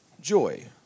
joy